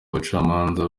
ubucamanza